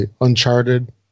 Uncharted